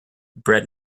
bread